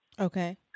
Okay